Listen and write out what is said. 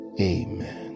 Amen